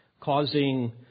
causing